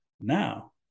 Now